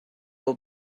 will